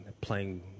playing